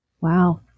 Wow